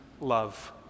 love